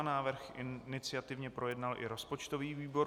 Návrh iniciativně projednal i rozpočtový výbor.